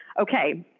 okay